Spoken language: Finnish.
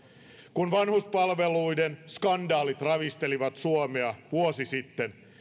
kun vanhuspalveluiden skandaalit ravistelivat suomea vuosi sitten